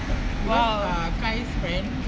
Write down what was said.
because ah khai friend